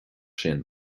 sin